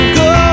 go